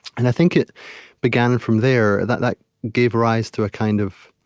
and i think it began from there. that like gave rise to a kind of